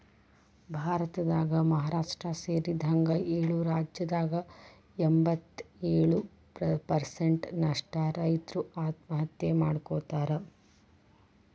ಭಾರತದಾಗ ಮಹಾರಾಷ್ಟ್ರ ಸೇರಿದಂಗ ಏಳು ರಾಜ್ಯದಾಗ ಎಂಬತ್ತಯೊಳು ಪ್ರಸೆಂಟ್ ನಷ್ಟ ರೈತರು ಆತ್ಮಹತ್ಯೆ ಮಾಡ್ಕೋತಾರ